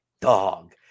dog